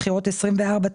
בחירות 24,